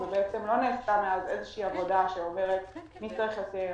לא נעשתה מאז איזו שהיא עבודה שאומרת מי צריך יותר,